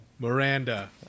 Miranda